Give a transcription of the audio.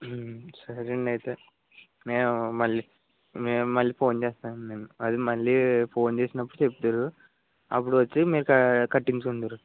సరేండి అయితే నేను మళ్లీ నేను మళ్లీ ఫోన్ చేస్తానండి నేను అదే మళ్లీ ఫోన్ చేసినపుడు చెబుదురు అప్పుడు వచ్చి మీరు కట్టించుకుందురు